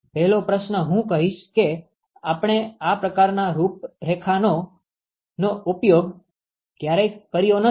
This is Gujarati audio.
પહેલો પ્રશ્ન હું કહીશ કે આપણે આ પ્રકારનાં રૂપરેખાંકનોનો ઉપયોગ ક્યારેય કર્યો નથી